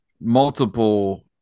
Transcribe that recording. multiple